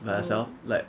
but yourself like